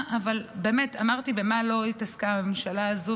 אמרתי במה לא התעסקה הממשלה הזו,